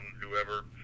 whoever